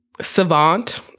savant